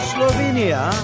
Slovenia